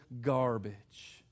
garbage